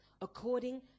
according